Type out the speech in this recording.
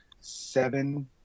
seven